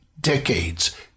decades